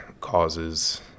causes